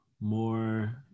More